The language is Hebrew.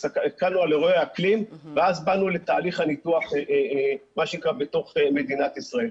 הסתכלנו על אירועי האקלים ואז באנו לתהליך הניתוח בתוך מדינת ישראל.